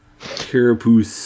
Carapace